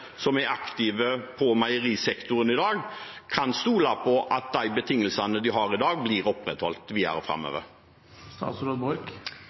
aktive på meierisektoren i dag, kan stole på at de betingelsene de har i dag, blir opprettholdt videre